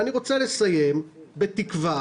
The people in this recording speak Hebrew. אני רוצה לסיים בתקווה